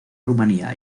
rumania